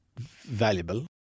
valuable